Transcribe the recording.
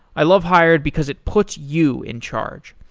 i love hired because it puts you in charge.